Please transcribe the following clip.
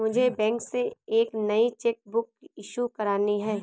मुझे बैंक से एक नई चेक बुक इशू करानी है